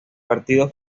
partido